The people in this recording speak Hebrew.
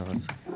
בבקשה.